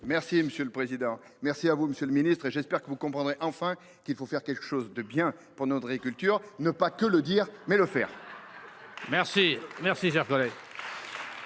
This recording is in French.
Merci monsieur le président. Merci à vous monsieur le ministre et j'espère que vous comprendrez enfin qu'il faut faire quelque chose de bien pour notre et culture ne pas que le dire mais le faire. Merci, merci, cher collègue.